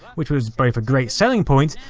which was both a great selling point,